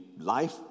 life